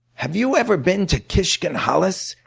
have you ever been to kiskunhalas,